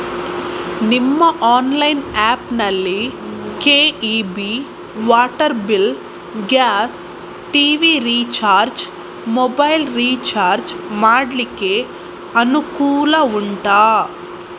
ನಿಮ್ಮ online app ನಲ್ಲಿ KEB, water bill, gas, TV recharge, mobile recharge ಮಾಡ್ಲಿಕ್ಕೆ ಅನುಕೂಲ ಉಂಟಾ